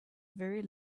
very